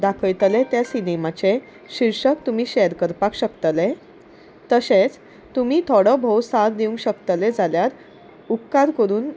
दाखयतले त्या सिनेमाचे शिर्शक तुमी शॅर करपाक शकतले तशेंच तुमी थोडो भोव साथ दिवंक शकतले जाल्यार उपकार करून